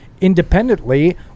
independently